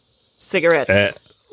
Cigarettes